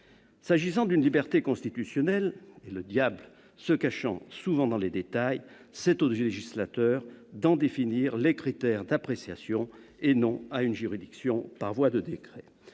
s'agit d'une liberté constitutionnelle, et le diable se cachant souvent dans les détails, c'est au législateur de définir les critères d'appréciation et non à une juridiction par voie de décret.